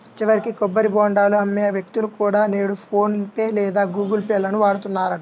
చివరికి కొబ్బరి బోండాలు అమ్మే వ్యక్తులు కూడా నేడు ఫోన్ పే లేదా గుగుల్ పే లను వాడుతున్నారు